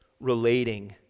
relating